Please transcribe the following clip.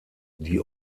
die